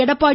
Edappadi